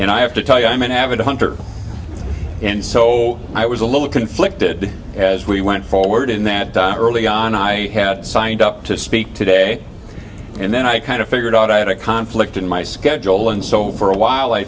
and i have to tell you i'm an avid hunter and so i was a little conflicted as we went forward in that done early on i had signed up to speak today and then i kind of figured out i had a conflict in my schedule and so for a while i